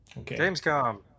gamescom